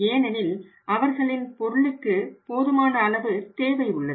ஏனெனில் அவர்களின் பொருளுக்கு போதுமான அளவு தேவை உள்ளது